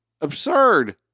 absurd